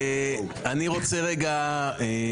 נכון, אולי זה חלק מהמסר.